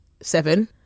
seven